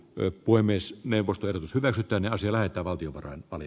mö poemes de vospert evert onnea sillä että valtiovarain pani